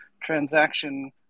transaction